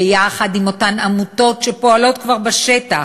ביחד עם אותן עמותות שפועלות כבר בשטח.